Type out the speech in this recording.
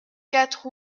quatre